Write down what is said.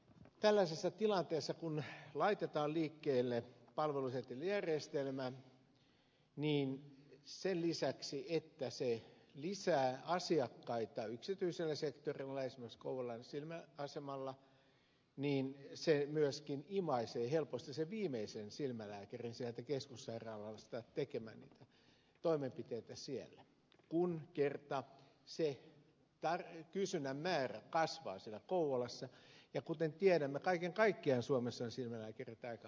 tällaisessa tilanteessa kun laitetaan liikkeelle palvelusetelijärjestelmä niin sen lisäksi että se lisää asiakkaita yksityiselle sektorille esimerkiksi kouvolan silmäasemalla niin se myöskin imaisee helposti sen viimeisen silmälääkärin sieltä keskussairaalasta tekemään niitä toimenpiteitä siellä kun kerta se kysynnän määrä kasvaa siellä kouvolassa ja kuten tiedämme kaiken kaikkiaan suomessa on silmälääkäreitä aika vähän